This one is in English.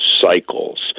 cycles